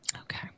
Okay